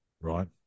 right